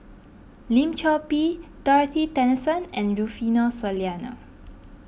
Lim Chor Pee Dorothy Tessensohn and Rufino Soliano